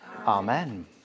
Amen